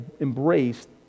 embraced